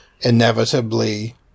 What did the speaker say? inevitably